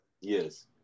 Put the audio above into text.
Yes